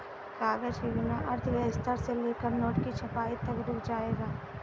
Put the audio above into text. कागज के बिना अर्थव्यवस्था से लेकर नोट की छपाई तक रुक जाएगा